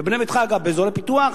ב"בנה ביתך" באזורי פיתוח,